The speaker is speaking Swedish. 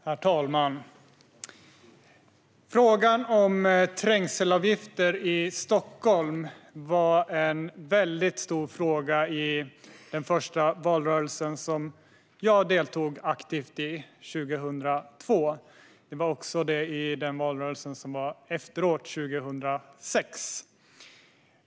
Herr talman! Frågan om trängselavgifter i Stockholm var väldigt stor i den första valrörelsen som jag deltog aktivt i, nämligen valrörelsen 2002. Den var stor även i valrörelsen efter det, det vill säga 2006.